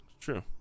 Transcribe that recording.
True